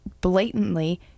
blatantly